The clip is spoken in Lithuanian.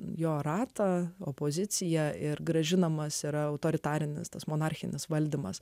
jo rato opoziciją ir grąžinamas yra autoritarinis tas monarchinis valdymas